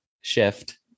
shift